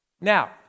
Now